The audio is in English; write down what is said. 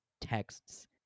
texts